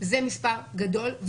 זה מספר גדול,